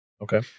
Okay